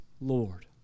Lord